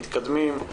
מתקדמים,